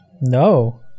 No